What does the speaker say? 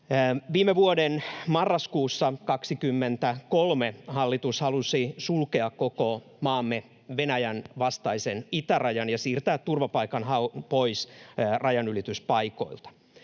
Viime vuoden marraskuussa 23 hallitus halusi sulkea koko maamme Venäjän vastaisen itärajan ja siirtää turvapaikanhaun pois rajanylityspaikoilta.